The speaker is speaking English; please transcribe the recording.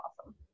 awesome